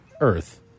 Earth